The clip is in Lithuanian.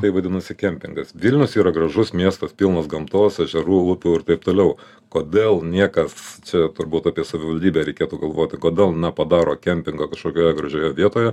tai vadinasi kempingas vilnius yra gražus miestas pilnas gamtos ežerų upių ir taip toliau kodėl niekas čia turbūt apie savivaldybę reikėtų galvoti kodėl nepadaro kempingo kažkokioje gražioje vietoje